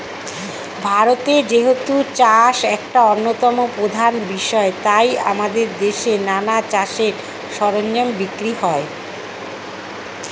ভারতে যেহেতু চাষ একটা অন্যতম প্রধান বিষয় তাই আমাদের দেশে নানা চাষের সরঞ্জাম বিক্রি হয়